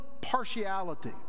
partiality